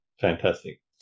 Fantastic